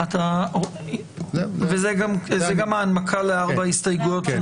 זאת גם ההנמקה לארבע ההסתייגויות?